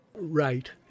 Right